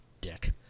Dick